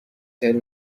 ترین